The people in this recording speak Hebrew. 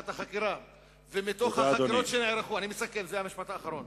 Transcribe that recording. והתאריך שבו נפתחת החקירה,